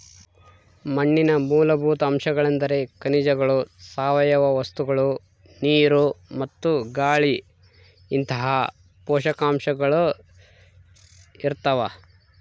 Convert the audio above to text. ಮಣ್ಣಿನ ಮೂಲಭೂತ ಅಂಶಗಳೆಂದ್ರೆ ಖನಿಜಗಳು ಸಾವಯವ ವಸ್ತುಗಳು ನೀರು ಮತ್ತು ಗಾಳಿಇಂತಹ ಪೋಷಕಾಂಶ ಇರ್ತಾವ